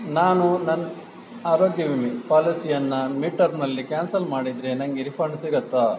ನಾನು ನನ್ನ ಆರೋಗ್ಯ ವಿಮೆ ಪಾಲಿಸಿಯನ್ನು ಮಿಡ್ಟರ್ಮಲ್ಲಿ ಕ್ಯಾನ್ಸಲ್ ಮಾಡಿದರೆ ನನಗೆ ರಿಫಂಡ್ ಸಿಗುತ್ತ